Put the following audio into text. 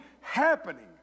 happening